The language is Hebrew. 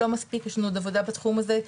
לא מספיק, יש לנו עוד עבודה בתחום הזה.